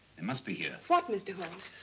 it must be here. what, mr. holmes.